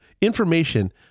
information